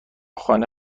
خانه